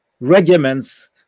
regiments